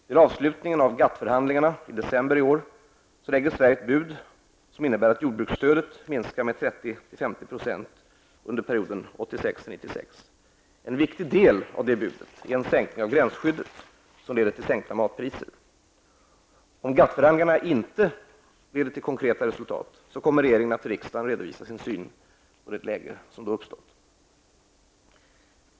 Till avslutningen av Sverige ett bud som innebär att jordbruksstödet minskar med 30--50 % under perioden 1986--1996. En viktig del av det budet är en sänkning av gränsskyddet, som leder till sänkta matpriser. Om GATT-förhandlingarna inte leder till konkreta resultat, kommer regeringen att till riksdagen redovisa sin syn på det läge som uppstått.